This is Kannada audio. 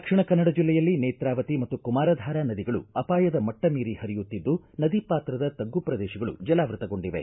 ದಕ್ಷಿಣ ಕನ್ನಡ ಜಿಲ್ಲೆಯಲ್ಲಿ ನೇತ್ರಾವತಿ ಮತ್ತು ಕುಮಾರಾಧಾರಾ ನದಿಗಳು ಅಪಾಯದ ಮಟ್ಟ ಮೀರಿ ಪರಿಯುತ್ತಿದ್ದು ನದಿ ಪಾತ್ರದ ತಗ್ಗು ಪ್ರದೇಶಗಳು ಜಲಾವ್ಯತಗೊಂಡಿವೆ